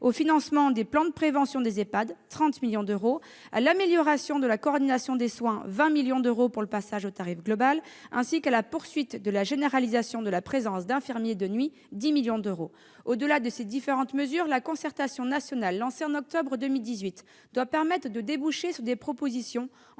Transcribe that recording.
au financement des plans de prévention en EHPAD- 30 millions d'euros -, à l'amélioration de la coordination des soins- 20 millions d'euros pour le passage au tarif global -ainsi qu'à la poursuite de la généralisation de la présence d'infirmiers de nuit- 10 millions d'euros. Au-delà de ces différentes mesures, la concertation nationale lancée au mois d'octobre 2018 doit permettre de déboucher sur des propositions